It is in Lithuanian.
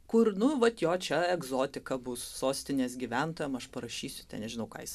kur nu vat jo čia egzotika bus sostinės gyventojam aš parašysiu ten nežinau ką jis